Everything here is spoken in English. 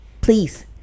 please